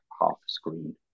half-screen